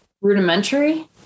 rudimentary